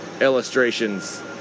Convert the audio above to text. illustrations